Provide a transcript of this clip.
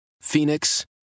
Phoenix